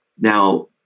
now